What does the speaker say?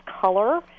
color